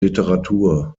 literatur